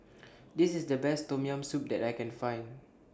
This IS The Best Tom Yam Soup that I Can Find